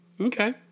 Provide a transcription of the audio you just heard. Okay